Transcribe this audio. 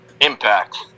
impact